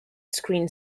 screen